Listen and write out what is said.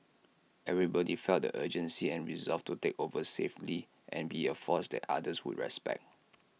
everybody felt the urgency and resolve to take over safely and be A force that others would respect